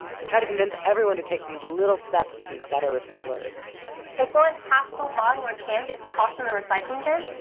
to try to convince everyone to take little steps to be better recyclers if one half full bottle or can gets tossed in the recycling bin,